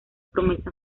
promesa